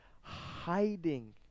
hiding